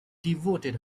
devoted